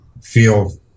feel